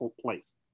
place